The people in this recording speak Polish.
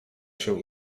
się